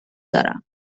دارم